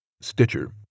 Stitcher